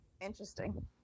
Interesting